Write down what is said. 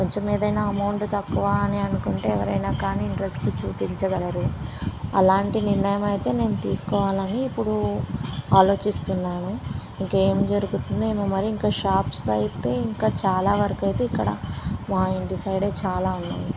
కొంచెం ఏదైనా అమౌంట్ తక్కువ అని అనుకుంటే ఎవరైనా కానీ ఇంటరెస్ట్ చూపించగలరు అలాంటి నిర్ణయం అయితే నేను తీసుకోవాలి అని ఇప్పుడు ఆలోచిస్తున్నాను ఇంక ఏమి జరుగుతుందో ఏమో మరి ఇంక షాప్స్ అయితే ఇంకా చాలా వరకు అయితే ఇక్కడ మా ఇంటి సైడ్ చాలా ఉన్నాయి